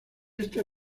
esta